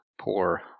poor